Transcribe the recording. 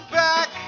back